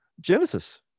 Genesis